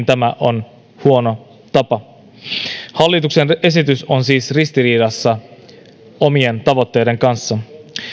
tämä on huono tapa hallituksen esitys on siis ristiriidassa omien tavoitteiden kanssa